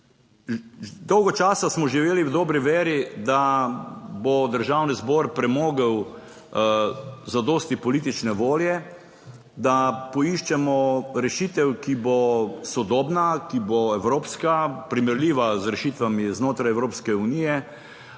Dolgo časa smo živeli v dobri veri, da bo Državni zbor premogel zadosti politične volje, da poiščemo rešitev, ki bo sodobna, ki bo evropska, primerljiva z rešitvami znotraj Evropske unije,